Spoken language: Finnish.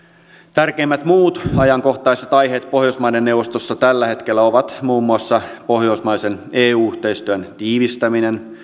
tärkeimmät muut ajankohtaiset aiheet pohjoismaiden neuvostossa tällä hetkellä ovat muun muassa pohjoismaisen eu yhteistyön tiivistäminen